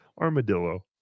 Armadillo